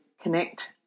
connect